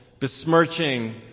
besmirching